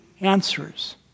answers